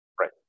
right